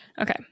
Okay